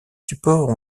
supports